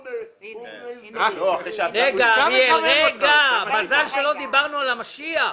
הוא מעז --- מזל שלא דיברנו על המשיח...